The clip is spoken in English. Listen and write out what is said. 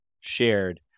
shared